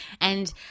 And-